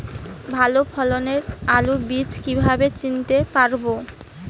ভালো ফলনের আলু বীজ কীভাবে চিনতে পারবো?